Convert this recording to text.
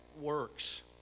Works